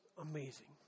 amazing